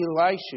Elisha